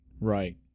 Right